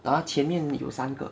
前面有三个